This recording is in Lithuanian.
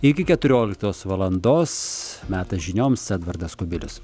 iki keturioliktos valandos metas žinioms edvardas kubilius